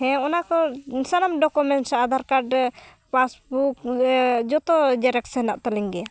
ᱦᱮᱸ ᱚᱱᱟ ᱠᱚ ᱥᱟᱱᱟᱢ ᱰᱚᱠᱩᱢᱮᱱᱴᱥ ᱟᱫᱷᱟᱨ ᱠᱟᱨᱰ ᱯᱟᱥᱵᱩᱠ ᱡᱷᱚᱛᱚ ᱡᱮᱨᱠᱥ ᱦᱮᱱᱟᱜ ᱛᱟᱹᱞᱤᱧ ᱜᱮᱭᱟ